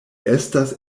estas